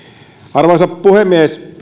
arvoisa puhemies